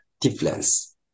difference